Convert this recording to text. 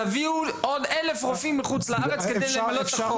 תביאו עוד אלף רופאים מחוץ לארץ כדי למלא את הבור,